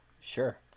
Sure